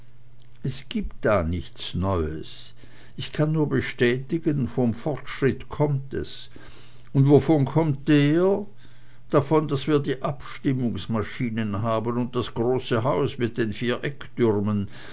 es gibt da nichts neues ich kann nur bestätigen vom fortschritt kommt es und wovon kommt der davon daß wir die abstimmungsmaschine haben und das große haus mit den vier